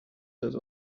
dass